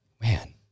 Man